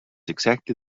exactly